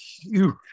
huge